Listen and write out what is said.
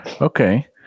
Okay